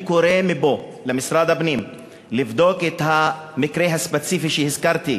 אני קורא מפה למשרד הפנים לבדוק את המקרה הספציפי שהזכרתי